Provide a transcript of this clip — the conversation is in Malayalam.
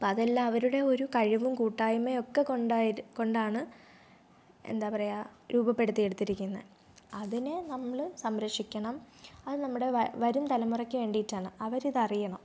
അപ്പോൾ അതെല്ലാം അവരുടെ ഒരു കഴിവും കൂട്ടായ്മയും ഒക്കെക്കൊണ്ടായി കൊണ്ടാണ് എന്താ പറയുക രൂപപ്പെടുത്തി എടുത്തിരിക്കുന്നത് അതിനെ നമ്മൾ സംരക്ഷിക്കണം അത് നമ്മുടെ വരും തലമുറക്ക് വേണ്ടിയിട്ടാണ് അവരിത് അറിയണം